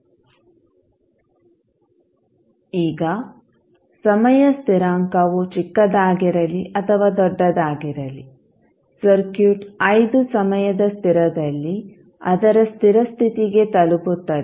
Refer Slide Time 2055 ಈಗ ಸಮಯ ಸ್ಥಿರಾಂಕವು ಚಿಕ್ಕದಾಗಿರಲಿ ಅಥವಾ ದೊಡ್ಡದಾಗಿರಲಿ ಸರ್ಕ್ಯೂಟ್ 5 ಸಮಯದ ಸ್ಥಿರದಲ್ಲಿ ಅದರ ಸ್ಥಿರ ಸ್ಥಿತಿಗೆ ತಲುಪುತ್ತದೆ